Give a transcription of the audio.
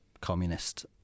communist